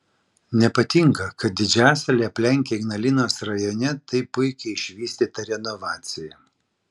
nepatinka kad didžiasalį aplenkia ignalinos rajone taip puikiai išvystyta renovacija